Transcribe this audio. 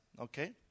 Okay